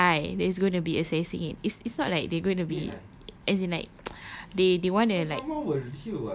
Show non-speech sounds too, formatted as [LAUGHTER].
an A_I that is going to be assessing it it's it's not like they going to be as in like [NOISE] they they want to like